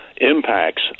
impacts